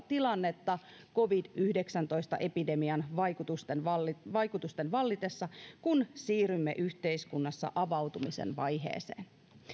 tilannetta covid yhdeksäntoista epidemian vaikutusten vallitessa vaikutusten vallitessa kun siirrymme yhteiskunnassa avautumisen vaiheeseen